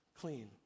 clean